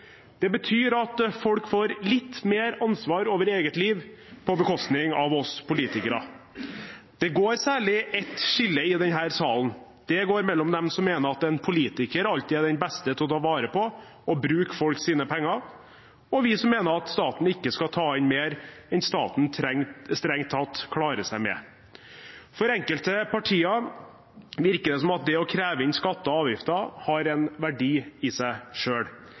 Det betyr at folk får litt mer ansvar for eget liv på bekostning av oss politikere. Det går særlig ett skille i denne salen. Det går mellom dem som mener at en politiker alltid er den beste til å ta vare på og bruke folks penger, og oss, som mener at staten ikke skal ta inn mer enn staten strengt tatt klarer seg med. For enkelte partier virker det som at det å kreve inn skatter og avgifter har en verdi i seg